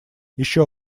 еще